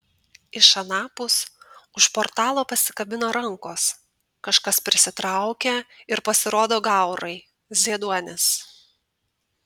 iš anapus už portalo pasikabina rankos kažkas prisitraukia ir pasirodo gaurai zieduonis